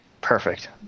perfect